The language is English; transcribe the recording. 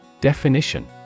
Definition